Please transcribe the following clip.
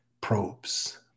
probes